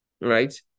right